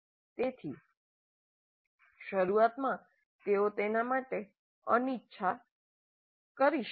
તેથી શરૂઆતમાં તેઓ તેના માટે અનિચ્છા કરી શકે છે